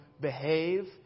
behave